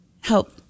help